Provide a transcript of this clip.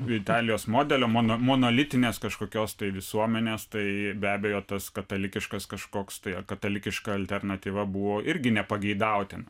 italijos modelio mono monolitinės kažkokios tai visuomenės tai be abejo tas katalikiškas kažkoks tai katalikiška alternatyva buvo irgi nepageidautina